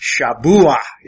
Shabuah